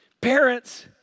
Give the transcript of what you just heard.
Parents